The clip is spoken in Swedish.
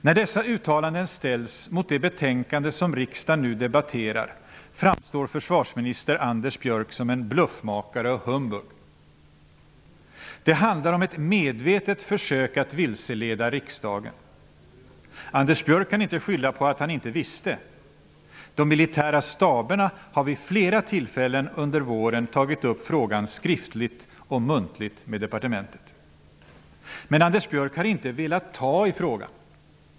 När dessa uttalanden ställs mot det betänkande som riksdagen nu debatterar framstår försvarsminister Anders Björck som en bluffmakare och humbug. Det handlar om ett medvetet försök att vilseleda riksdagen. Anders Björck kan inte skylla på att han inte visste. De militära staberna har vid flera tillfällen under våren tagit upp frågan skriftligt och muntligt med departementet. Men Anders Björck har inte velat ta i frågan.